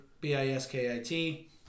B-I-S-K-I-T